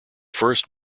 first